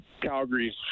Calgary's